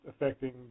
Affecting